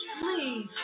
please